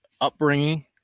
upbringing